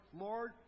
Lord